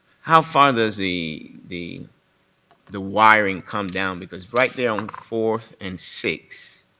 how far does the the the wiring come down, because right there on fourth and sixth,